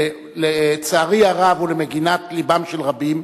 לצערי הרב ולמגינת לבם של רבים,